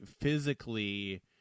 physically